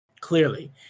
Clearly